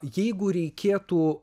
jeigu reikėtų